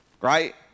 Right